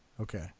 Okay